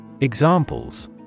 Examples